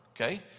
okay